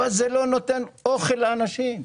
אבל זה לא נותן אוכל לאנשים.